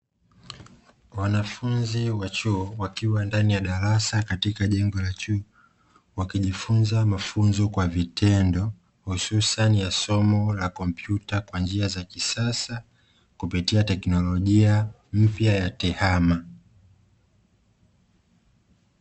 Wanafunzi wa chuo wakiwa ndani ya darasa katika jengo la juu, wakijifunza mafunzo kwa vitendo, hususani ya somo la kompyuta kwa njia za kisasa kupitia teknolojia mpya ya tehama.